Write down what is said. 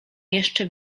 jeszcze